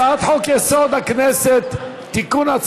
הצעת חוק-יסוד: הכנסת (תיקון,